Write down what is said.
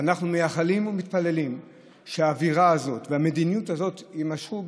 ואנחנו מייחלים ומתפללים שהאווירה הזאת והמדיניות הזאת יימשכו,